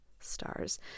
stars